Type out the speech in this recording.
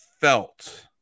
felt –